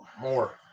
More